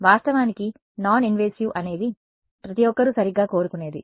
వాస్తవానికి non invasive అనేది ప్రతి ఒక్కరూ సరిగ్గా కోరుకునేది